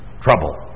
trouble